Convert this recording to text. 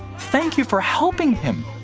thank you for helping him.